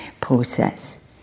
process